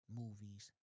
movies